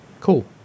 Cool